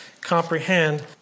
comprehend